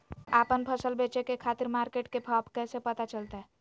आपन फसल बेचे के खातिर मार्केट के भाव कैसे पता चलतय?